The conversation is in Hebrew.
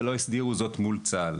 ולא הסדירו זאת מול צה"ל.